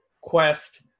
quest